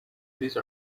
these